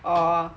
oh